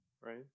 Right